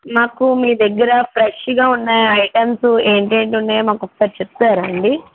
నాకు మీ దగ్గర ఫ్రెష్గా ఉన్నా ఐటెమ్స్ ఏంటేంటి ఉన్నాయో మాకొకసారి చెప్తారా అండీ